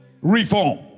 reform